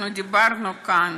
דיברנו כאן